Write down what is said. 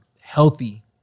healthy